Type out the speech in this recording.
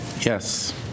Yes